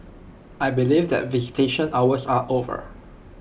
I believe that visitation hours are over